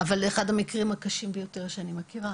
אבל זה אחד המקרים הקשים ביותר שאני מכירה.